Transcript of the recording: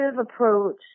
approach